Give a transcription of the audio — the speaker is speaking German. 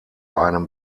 einem